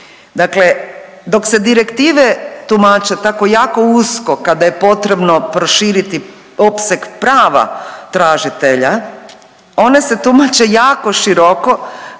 dok se direktive tumače tako jako usko, kada je potrebno proširiti opseg prava tražitelja one se tumače jako široko